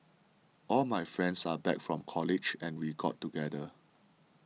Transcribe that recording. all my friends are back from college and we got together